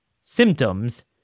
symptoms